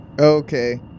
Okay